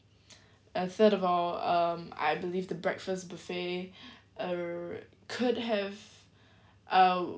a third of all um I believe the breakfast buffet err could have um